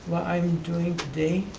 i'm doing today?